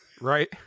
Right